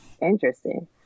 Interesting